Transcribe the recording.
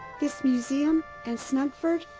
this museum, and snuggford.